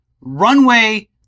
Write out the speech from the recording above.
runway